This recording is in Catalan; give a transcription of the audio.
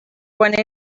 quan